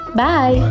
bye